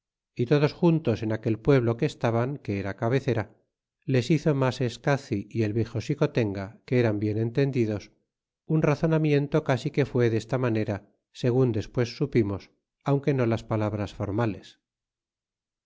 y todos juntos en aquel pueblo que estaban que era cabecera les hizo maseescaci y el viejo xicotenga que eran bien entendidos un razonamiento casi que fué desta manera segun despues supimos aunque no las palabras formales